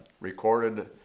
recorded